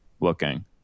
looking